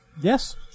Yes